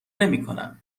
نمیکنم